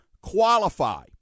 qualify